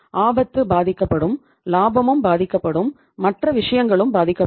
ஆபத்து பாதிக்கப்படும் லாபமும் பாதிக்கப்படும் மற்ற விஷயங்களும் பாதிக்கப்படும்